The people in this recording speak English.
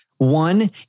one